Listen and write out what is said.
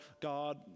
God